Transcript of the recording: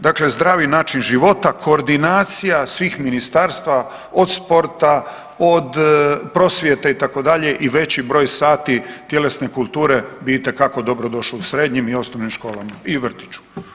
Dakle, zdravi način života, koordinacija svih ministarstava od sporta, od prosvjete itd. i veći broj sati tjelesne kulture bi itekako dobro došao u srednjim i osnovnim školama i u vrtiću.